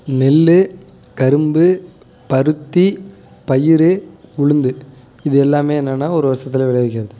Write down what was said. நெல் கரும்பு பருத்தி பயிறு உளுந்து இது எல்லாமே என்னன்னால் ஒரு வருடத்துல விளைவிக்கிறது